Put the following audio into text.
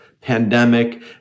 pandemic